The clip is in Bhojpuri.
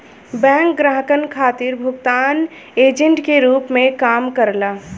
बैंक ग्राहकन खातिर भुगतान एजेंट के रूप में काम करला